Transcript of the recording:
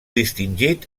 distingit